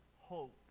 hope